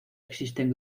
existen